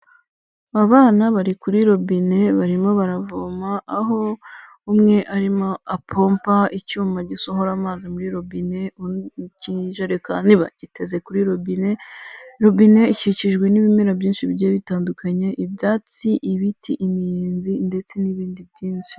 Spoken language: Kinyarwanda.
Abana bari kuri robine barimo baravoma, aho umwe arimo apompa icyuma gisohora amazi muri rubine, undi ikijerekani bagiteze kuri rubine; rubine ikikijwe n'ibimera byinshi bigiye bitandukanye, ibyatsi, ibiti, imiyenzi, ndetse n'ibindi byinshi.